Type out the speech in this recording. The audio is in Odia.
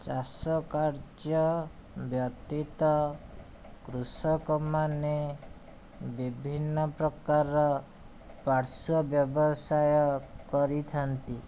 ଚାଷକାର୍ଯ୍ୟ ବ୍ୟତୀତ କୃଷକମାନେ ବିଭିନ୍ନ ପ୍ରକାରର ପାର୍ଶ୍ୱ ବ୍ୟବସାୟ କରିଥାନ୍ତି